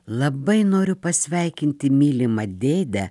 labai noriu pasveikinti mylimą dėdę